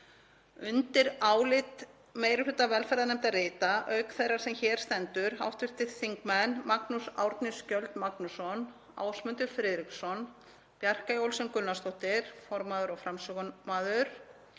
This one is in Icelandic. Undir álit meiri hluta velferðarnefndar rita, auk þeirrar sem hér stendur, hv. þingmenn Magnús Árni Skjöld Magnússon, Ásmundur Friðriksson, Bjarkey Olsen Gunnarsdóttir, formaður og framsögumaður,